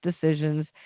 decisions